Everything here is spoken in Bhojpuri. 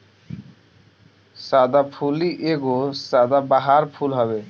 सदाफुली एगो सदाबहार फूल हवे